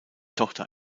tochter